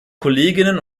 kolleginnen